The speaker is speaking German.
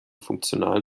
funktionalen